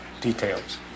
details